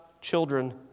children